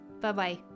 Bye-bye